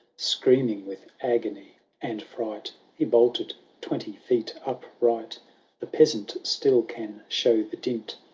screaming with agony and firight. he bolted twenty feet uprighta a the peasant still can show the dint.